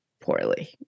poorly